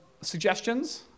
suggestions